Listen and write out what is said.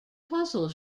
puzzle